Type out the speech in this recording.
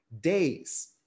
days